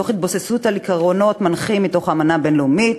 תוך התבססות על עקרונות מנחים מתוך האמנה הבין-לאומית.